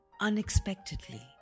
unexpectedly